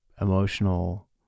emotional